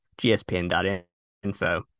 Gspn.info